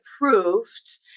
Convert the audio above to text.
approved